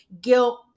guilt